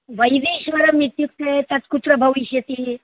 वैदेश्वरमित्युक्ते तत् कुत्र भविष्यति